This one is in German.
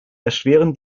erschweren